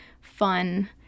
fun